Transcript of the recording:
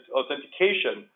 authentication